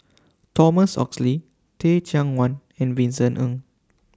Thomas Oxley Teh Cheang Wan and Vincent Ng